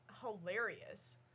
hilarious